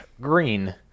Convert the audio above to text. green